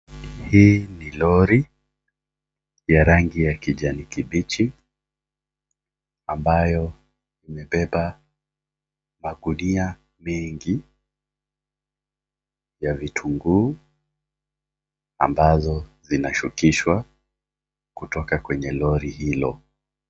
Hii ni lori ya rangi ya kijani kibichi, ambayo imebeba magunia mengi ya vitunguu ambazo, zinashukishwa kutoka kwenye lori hilo.